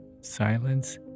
Silence